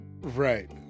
Right